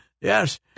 Yes